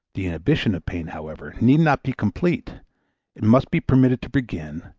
the inhibition of pain, however, need not be complete it must be permitted to begin,